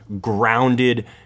grounded